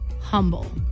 humble